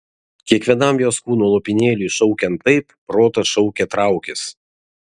kiekvienam jos kūno lopinėliui šaukiant taip protas šaukė traukis